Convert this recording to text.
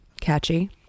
Catchy